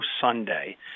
Sunday